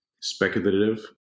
speculative